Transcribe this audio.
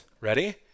Ready